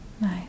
Nice